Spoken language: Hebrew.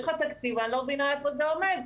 לך תקציב ואני לא מבינה איפה זה עומד,